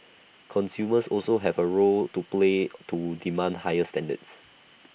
consumers also have A role to play to demand higher standards